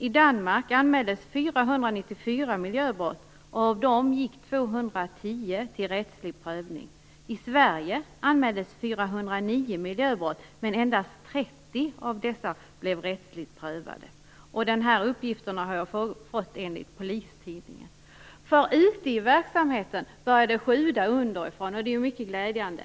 I Danmark anmäldes 494 miljöbrott. Av dem gick 210 till rättslig prövning. I Sverige anmäldes 409 miljöbrott, men endast 30 av dessa blev rättsligt prövade. De här uppgifterna har jag fått från Ute i verksamheten börjar det sjuda underifrån, och det är mycket glädjande.